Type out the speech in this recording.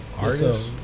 Artists